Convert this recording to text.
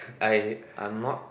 I I'm not